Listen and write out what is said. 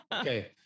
okay